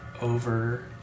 over